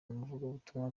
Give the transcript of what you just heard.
umuvugabutumwa